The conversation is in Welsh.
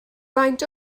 faint